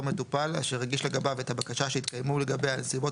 מטופל אשר הגיש לגביו את הבקשה שהתקיימו לגביה הנסיבות